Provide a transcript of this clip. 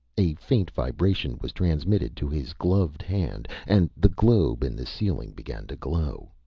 a faint vibration was transmitted to his gloved hand. and the globe in the ceiling began to glow.